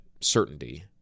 certainty